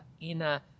inner